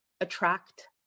attract